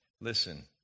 Listen